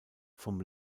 vom